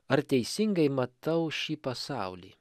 ar teisingai matau šį pasaulį